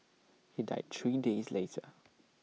he died three days later